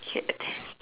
hit a ten